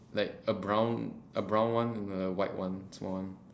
like a brown a brown one and a white one small one